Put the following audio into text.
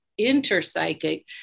interpsychic